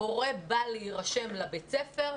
הורה בא להירשם לבית הספר,